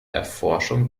erforschung